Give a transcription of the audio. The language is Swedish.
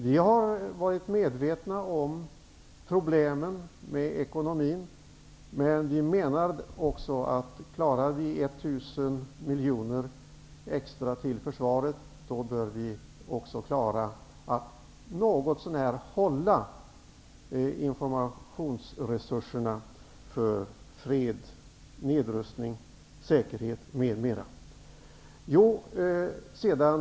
Vi har varit medvetna om problemen med ekonomin, men vi menar också att går det att anvisa 1 000 miljoner kronor extra till försvaret, då bör det också vara möjligt att klara att något så när bibehålla informationsresurserna för fred, nedrustning, säkerhet m.m.